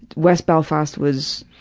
west belfast was.